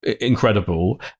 incredible